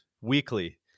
weekly